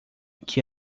que